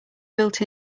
built